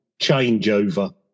changeover